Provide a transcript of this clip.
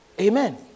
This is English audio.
Amen